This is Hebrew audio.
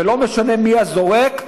ולא משנה מי הזורק,